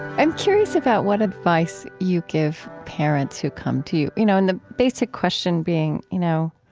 i'm curious about what advice you give parents who come to you, you know and the basic question being, you know